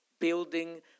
Building